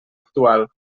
actual